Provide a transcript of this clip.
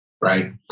Right